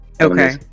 okay